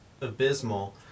abysmal